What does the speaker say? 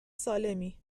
سالمی